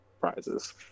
prizes